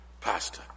pastor